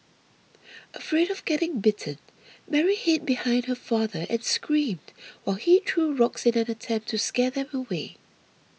afraid of getting bitten Mary hid behind her father and screamed while he threw rocks in an attempt to scare them away